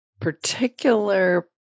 particular